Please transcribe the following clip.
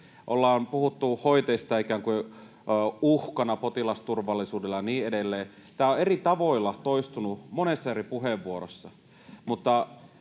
Ollaan puhuttu hoitajista ikään kuin uhkana potilasturvallisuudelle ja niin edelleen. Tämä on eri tavoilla toistunut monessa eri puheenvuorossa,